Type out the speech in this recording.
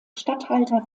statthalter